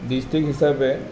district হিচাপে